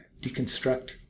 deconstruct